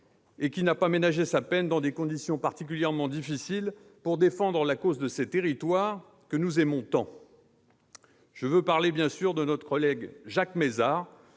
et qui n'a pas ménagé sa peine, dans des conditions particulièrement difficiles, pour défendre la cause de ces territoires que nous aimons tant. Je veux bien sûr parler de notre collègue Jacques Mézard,